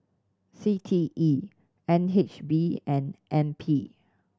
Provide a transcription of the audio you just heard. C T E N H B and N P